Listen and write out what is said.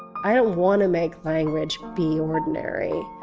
i don't want to make language be ordinary.